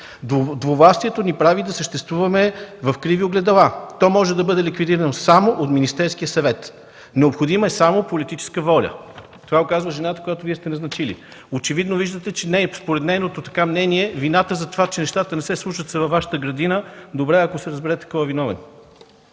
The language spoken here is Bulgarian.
Двувластието ни прави да съществуваме в криви огледала. То може да бъде ликвидирано само от Министерския съвет. Необходима е само политическа воля”. Това казва жената, която Вие сте назначили. Според нейното мнение вината за това, че нещата не се случват, е във Вашата градина. Добре е да се разберете кой е виновен.